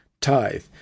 tithe